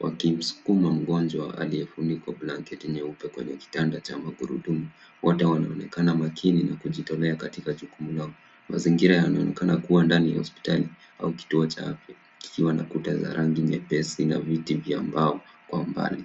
wakimsukuma mgonjwa aliyefunikwa kwa blanketi nyeupe kwenye kitanda cha magurudumu. Wote wanaonekana makini na kujitolea katika jukumu lao. Mazingira yanaonekana kuwa ndani ya hospitali au kituo cha afya kikiwa na kuta za rangi nyepesi na viti vya mbao kwa umbali.